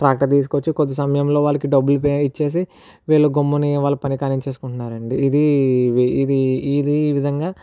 tractor తీసుకొచ్చి కొద్ది సమయంలో వాళ్ళకి డబ్బులు పే ఇచ్చేసి వీళ్ళు గమ్ముని వాళ్ళ పని కానిచ్చేసుకుంటున్నారండి ఇది ఇది ఇది ఈ విధంగా